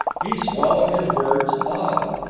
he swallowed his words, awed.